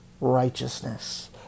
Righteousness